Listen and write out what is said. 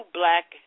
black